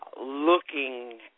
looking